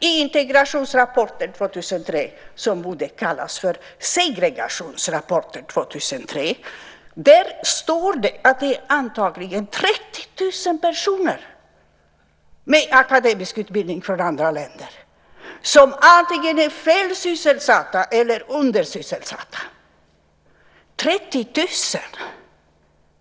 I integrationsrapporten 2003, som borde kallas segregationsrapporten 2003, står det att det är antagligen 30 000 personer med akademisk utbildning från andra länder som antingen är fel sysselsatta eller undersysselsatta. 30 000!